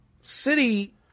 city